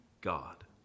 God